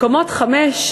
מקומות חמש,